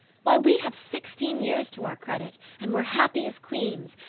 why, we have sixteen years to our credit, and we're happy as queens,